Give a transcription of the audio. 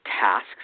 tasks